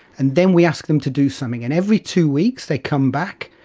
and then we ask them to do something. and every two weeks they come back,